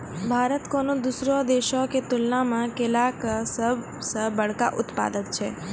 भारत कोनो दोसरो देशो के तुलना मे केला के सभ से बड़का उत्पादक छै